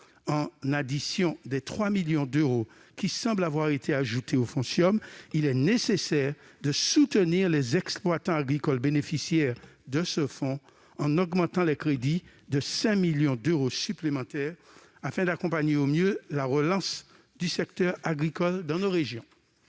en addition aux 3 millions d'euros qui semblent avoir été ajoutés aux fonds du CIOM, il est nécessaire de soutenir les exploitants agricoles bénéficiaires en augmentant les crédits de 5 millions d'euros supplémentaires, afin d'accompagner au mieux la relance du secteur agricole dans nos régions.